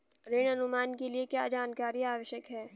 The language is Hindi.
ऋण अनुमान के लिए क्या जानकारी आवश्यक है?